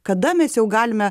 kada mes jau galime